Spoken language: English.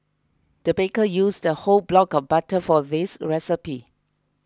the baker used a whole block of butter for this recipe